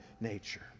nature